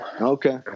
Okay